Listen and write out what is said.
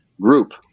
group